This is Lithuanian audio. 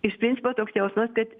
iš principo toks jausmas kad